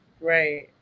right